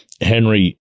Henry